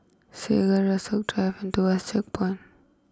Segar Rasok Drive and Tuas Checkpoint